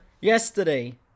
yesterday